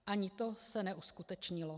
Ani to se neuskutečnilo.